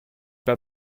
pas